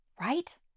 Right